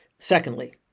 Secondly